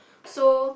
so